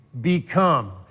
become